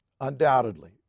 Undoubtedly